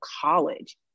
college